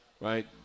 right